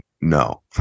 no